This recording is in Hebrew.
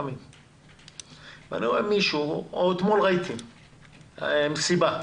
אתמול הראו מסיבה.